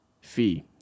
fee